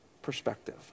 Perspective